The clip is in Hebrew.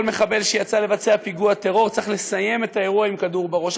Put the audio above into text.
כל מחבל שיצא לבצע פיגוע טרור צריך לסיים את האירוע עם כדור בראש.